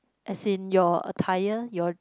as in your attire your